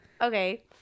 Okay